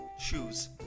Shoes